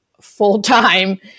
full-time